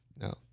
No